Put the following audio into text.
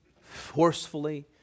forcefully